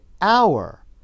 hour